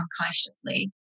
unconsciously